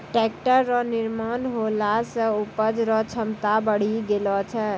tractor रो निर्माण होला से उपज रो क्षमता बड़ी गेलो छै